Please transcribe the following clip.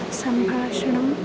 सम्भाषणम्